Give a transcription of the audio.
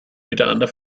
miteinander